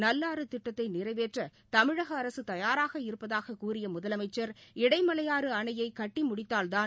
நல்லாறு திட்டத்தை நிறைவேற்ற தமிழக அரசு தயாராக இருப்பதாக கூறிய முதலமைச்சர் இடைமவையாறு அணையை கட்டி முடித்தால்தான்